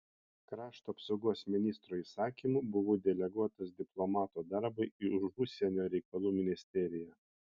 krašto apsaugos ministro įsakymu buvau deleguotas diplomato darbui į užsienio reikalų ministeriją